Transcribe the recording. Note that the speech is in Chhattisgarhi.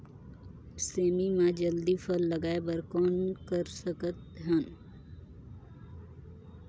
सेमी म जल्दी फल लगाय बर कौन कर सकत हन?